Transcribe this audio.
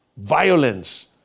violence